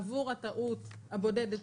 עבור הטעות הבודדת,